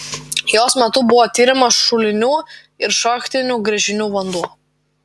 jos metu buvo tiriamas šulinių ir šachtinių gręžinių vanduo